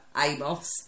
Amos